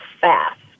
fast